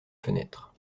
fenêtre